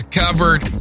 covered